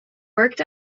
worked